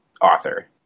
author